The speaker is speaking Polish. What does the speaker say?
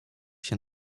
się